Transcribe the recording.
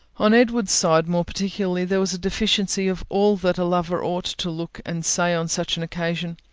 on edward's side, more particularly, there was a deficiency of all that a lover ought to look and say on such an occasion.